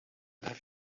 have